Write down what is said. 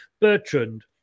Bertrand